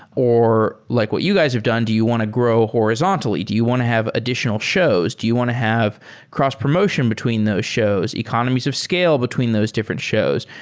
or like what you guys have done. do you want to grow horizontally? do you want to have additional shows? do you want to have cross promotion between those shows? economies of scale between those different shows?